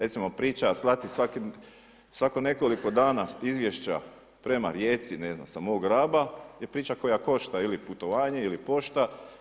Recimo, priča slati svako nekoliko dana izvješća prema Rijeci, ne znam sa mog Raba je priča koja košta ili putovanje ili pošta.